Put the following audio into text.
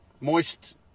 Moist